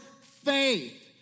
faith